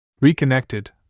Reconnected